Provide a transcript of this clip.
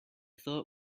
thought